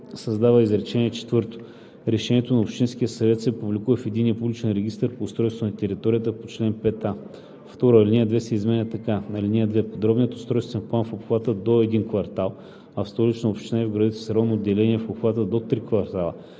създава изречение четвърто: „Решението на общинския съвет се публикува в Единния публичен регистър по устройство на територията по чл. 5а.“ 2. Алинея 2 се изменя така: „(2) Подробният устройствен план в обхват до един квартал, а в Столичната община и в градовете с районно деление – в обхват до три квартала,